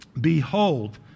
behold